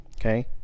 Okay